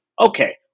okay